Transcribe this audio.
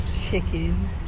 chicken